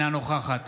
אינה נוכחת